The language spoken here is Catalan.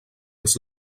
els